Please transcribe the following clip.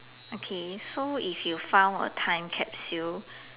okay so if you found a time capsule